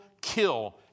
kill